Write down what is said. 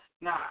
Now